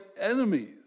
enemies